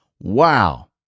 Wow